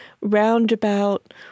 roundabout